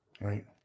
right